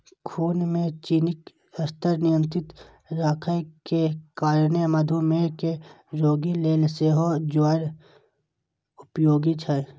खून मे चीनीक स्तर नियंत्रित राखै के कारणें मधुमेह के रोगी लेल सेहो ज्वार उपयोगी छै